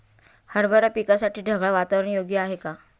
हरभरा पिकासाठी ढगाळ वातावरण योग्य आहे का?